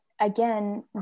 again